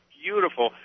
beautiful